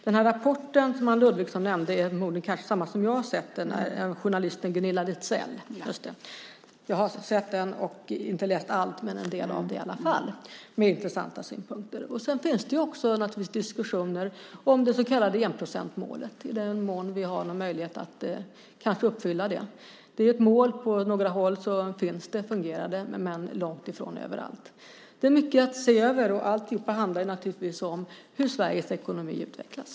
Den rapport som Anne Ludvigsson nämnde är förmodligen samma rapport som jag har sett, nämligen den av journalisten Gunilla Litzell. Jag har inte läst allt i den, men dock en del. Där finns intressanta synpunkter. Sedan finns naturligtvis diskussionen om det så kallade enprocentsmålet, i vad mån vi har möjlighet att uppfylla det. Det är ett mål som fungerar på några håll, men långt ifrån överallt. Det finns alltså mycket att se över, och allt beror naturligtvis på hur Sveriges ekonomi utvecklas.